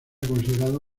considerado